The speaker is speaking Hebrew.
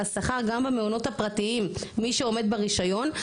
השכר גם במעונות הפרטיים למי שעומד ברישיון,